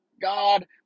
God